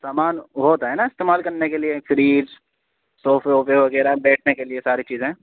سامان وہ ہوتا ہے نا استعمال کرنے کے لیے فریج صوفے ووفے وغیرہ بیٹھنے کے لیے ساری چیزیں